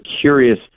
curious